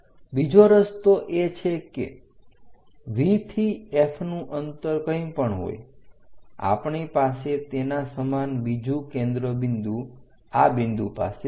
બીજો રસ્તો એ છે કે V થી F નું અંતર કંઈ પણ હોય આપણી પાસે તેના સમાન બીજું કેન્દ્ર બિંદુ આ બિંદુ પાસે હશે